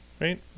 right